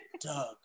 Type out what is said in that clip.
Doug